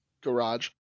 Garage